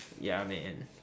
ya man